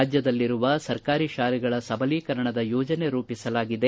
ರಾಜ್ಯದಲ್ಲಿರುವ ಸರ್ಕಾರಿ ಶಾಲೆಗಳ ಸಬಲೀಕರಣದ ಯೋಜನೆ ರೂಪಿಸಲಾಗಿದೆ